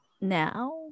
now